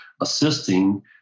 assisting